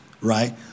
Right